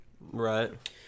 Right